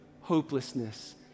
hopelessness